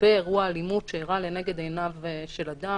באירוע אלימות שאירע לנגד עיניו של אדם